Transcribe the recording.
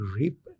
rape